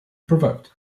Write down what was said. provoked